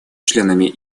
членами